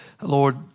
Lord